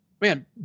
man